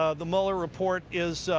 ah the mueller report is